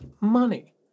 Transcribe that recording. money